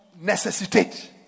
necessitate